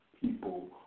people